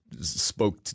spoke